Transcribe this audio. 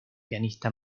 pianista